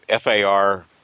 FAR